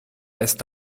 ist